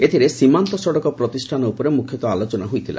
ଏଥିରେ ସୀମାନ୍ତ ସଡ଼କ ପ୍ରତିଷ୍ଠାନ ଉପରେ ମୁଖ୍ୟତଃ ଆଲୋଚନା ହୋଇଥିଲା